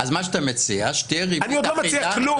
אז אתה מציע --- אני עוד לא מציע כלום.